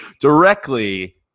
Directly